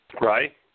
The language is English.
Right